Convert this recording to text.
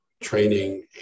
training